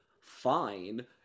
fine